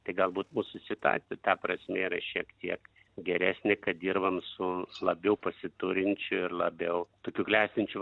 tai galbūt mūsų situacija ta prasme yra šiek tiek geresnė kad dirbam su labiau pasiturinčiu ir labiau tokiu klestinčiu